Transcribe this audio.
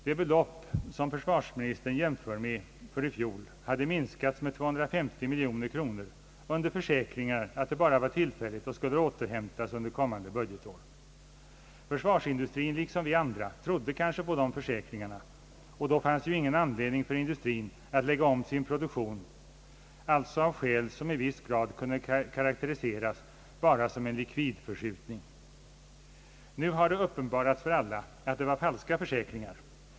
Det belopp som försvarsministern jämför med för i fjol hade minskats med 250 miljoner kronor under försäkringar, att det bara var tillfälligt och att det skulle återhämtas under kommande budgetår. Försvarsindustrin liksom vi andra trodde kanske på de försäkringarna, och då fanns det ju ingen anledning för industrin att lägga om sin produktion, eftersom det alltså i viss grad kunde sägas bara vara fråga om en likvidförskjutning. Nu har det uppenbarats för alla att det var falska försäkringar.